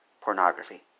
Pornography